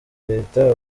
leta